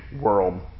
world